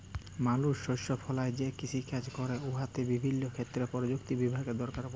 মালুস শস্য ফলাঁয় যে কিষিকাজ ক্যরে উয়াতে বিভিল্য ক্ষেত্রে পরযুক্তি বিজ্ঞালের দরকার পড়ে